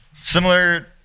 Similar